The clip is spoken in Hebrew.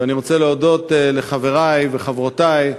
ואני רוצה להודות לחברי וחברותי,